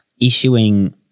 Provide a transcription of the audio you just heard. issuing